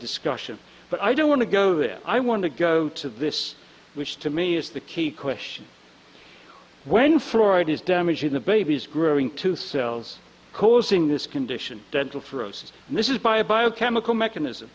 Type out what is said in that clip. discussion but i don't want to go there i want to go to this which to me is the key question when freud is damaging the baby's growing to cells causing this condition dental for us and this is by a biochemical mechanism